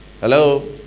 Hello